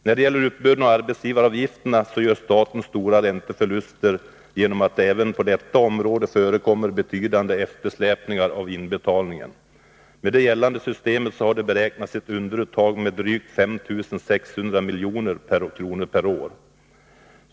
När det gäller uppbörden av arbetsgivaravgifterna, gör staten stora ränteförluster genom att det även på detta område förekommer betydande eftersläpningar av inbetalningen. Med det gällande systemet har det beräknats ett underuttag med drygt 5 600 milj.kr. per år.